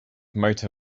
motor